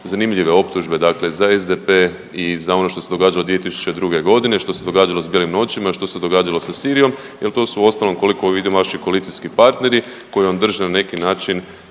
zanimljive optužbe dakle za SDP i za ono što se događalo 2002. godine, što se događalo s Bijelim noćima, što se događalo sa Sirijom jer to su uostalom koliko vidim vaši koalicijski partneri koji vam drže na neki način